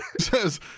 says